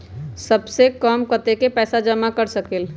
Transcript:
सबसे कम कतेक पैसा जमा कर सकेल?